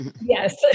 Yes